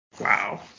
Wow